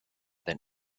than